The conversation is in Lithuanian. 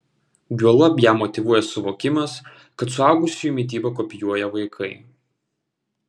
juolab ją motyvuoja suvokimas kad suaugusiųjų mitybą kopijuoja vaikai